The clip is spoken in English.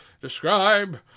describe